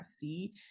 see